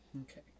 Okay